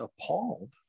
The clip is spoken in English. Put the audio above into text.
appalled